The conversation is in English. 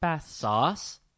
sauce